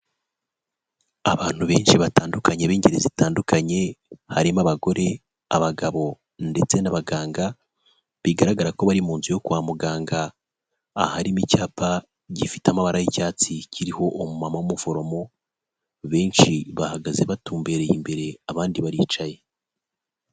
Abantu benshi batandukanye b'ingeri zitandukanye harimo abagore, abagabo ndetse n'abaganga bigaragara ko bari mu nzu yo kwa muganga, aharimo icyapa gifite amabara y'icyatsi kiriho umumama w'umuforomo, benshi bahagaze batumbereye imbere abandi baricaye.